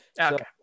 Okay